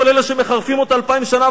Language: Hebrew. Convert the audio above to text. כל אלה שמחרפים אותו אלפיים שנה,